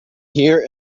here